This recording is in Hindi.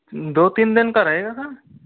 दो तीन दिन का रहेगा सर